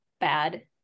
bad